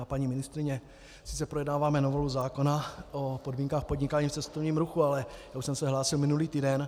Vážená paní ministryně, sice projednáváme novelu zákona o podmínkách podnikání v cestovním ruchu, ale už jsem se hlásil minulý týden.